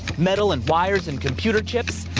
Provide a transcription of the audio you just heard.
metal and wires and computer chips,